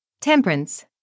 Temperance